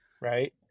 Right